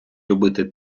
любити